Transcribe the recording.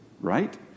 right